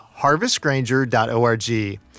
harvestgranger.org